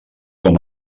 com